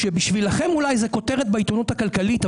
שבשבילכם זה אולי כותרת בעיתונות הכלכלית,